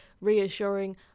reassuring